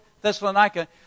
Thessalonica